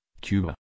Cuba